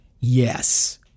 Yes